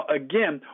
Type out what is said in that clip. again